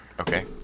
Okay